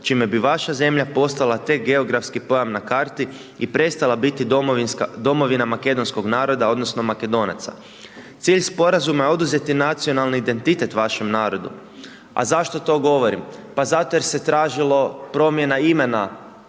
čime bi vaša zemlja postala tek geografski pojam na karti i prestala biti domovina makedonskog naroda odnosno Makedonaca. Cilj sporazuma je oduzeti nacionalni identitet vašem narodu. A zašto to govorim? Pa zato jer se tražilo promjena imena